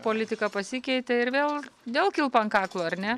politika pasikeitė ir vėl vėl kilpa ant kaklo ar ne